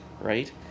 right